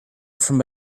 from